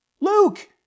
Luke